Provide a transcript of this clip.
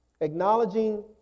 acknowledging